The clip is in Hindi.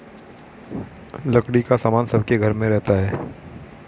लकड़ी का सामान सबके घर में रहता है